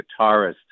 guitarist